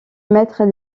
maître